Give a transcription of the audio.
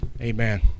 amen